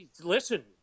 listen